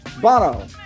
Bono